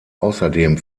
außerdem